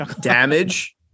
damage